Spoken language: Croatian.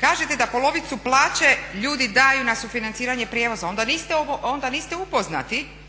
Kažete da polovicu plaće ljudi daju na sufinanciranje prijevoza. Onda niste upoznati